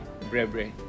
brebre